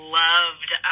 loved